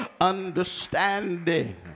understanding